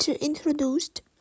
introduced